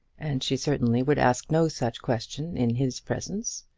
and she certainly would ask no such question in his presence.